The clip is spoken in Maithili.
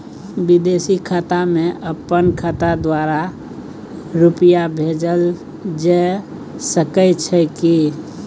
विदेशी खाता में अपन खाता द्वारा रुपिया भेजल जे सके छै की?